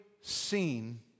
seen